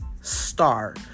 Star